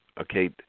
okay